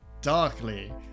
Darkly